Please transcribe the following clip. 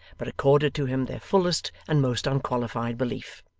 but accorded to him their fullest and most unqualified belief.